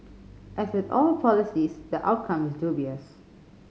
as with all policies the outcome is dubious